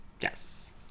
Yes